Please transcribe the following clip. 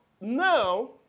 now